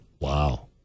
Wow